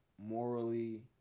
morally